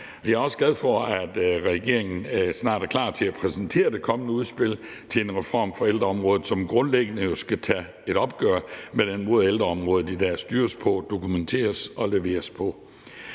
Jeg er også glad for, at regeringen snart er klar til at præsentere det kommende udspil til en reform for ældreområdet, som grundlæggende jo skal tage et opgør med den måde, ældreområdet i dag styres, dokumenteres og leveres på.